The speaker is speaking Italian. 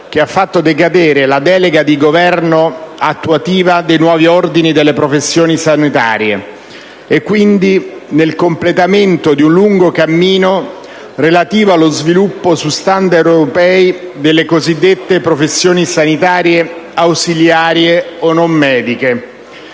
che ha fatto decadere la delega per l'attuazione dei nuovi ordini delle professioni sanitarie e, quindi, nel completamento di un lungo cammino relativo allo sviluppo su *standard* europei delle cosiddette professioni sanitarie ausiliarie o non mediche,